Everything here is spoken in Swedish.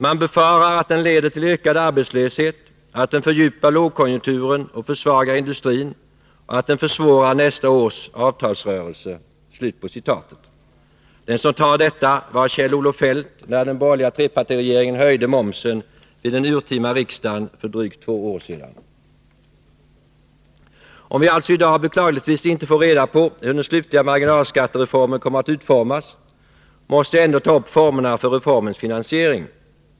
Man befarar att den leder till ökad arbetslöshet, att den fördjupar lågkonjunkturen och försvagar industrin och att den försvårar nästa års avtalsrörelse.” Den som sade detta var Kjell-Olof Feldt när den borgerliga trepartiregeringen höjde momsen vid den urtima riksdagen för drygt två år sedan. Om vi alltså i dag beklagligtvis inte får reda på hur den slutliga marginalskattereformen kommer att utformas, måste jag ändå ta upp formerna för reformens finansiering.